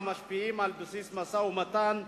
המשפיעים על בסיס המשא-ומתן,